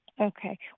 Okay